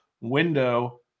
window